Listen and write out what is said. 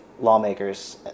lawmakers